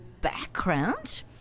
background